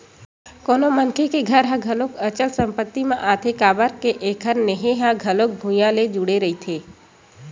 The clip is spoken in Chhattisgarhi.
कोनो मनखे के घर ह घलो अचल संपत्ति म आथे काबर के एखर नेहे ह घलो भुइँया ले जुड़े रहिथे